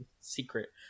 secret